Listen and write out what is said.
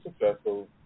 successful